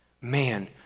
Man